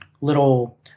little